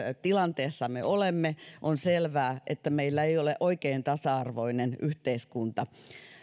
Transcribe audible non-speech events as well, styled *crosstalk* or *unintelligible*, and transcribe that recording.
tilanteessa me olemme *unintelligible* *unintelligible* on selvää että meillä ei ole oikein tasa arvoinen yhteiskunta *unintelligible*